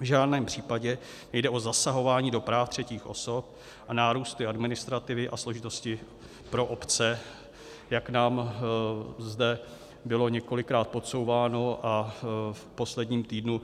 V žádném případě nejde o zasahování do práv třetích osob a nárůsty administrativy a složitosti pro obce, jak nám zde bylo několikrát podsouváno, a v posledním týdnu